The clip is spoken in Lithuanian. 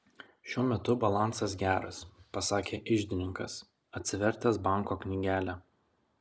šiuo metu balansas geras pasakė iždininkas atsivertęs banko knygelę